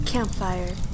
Campfire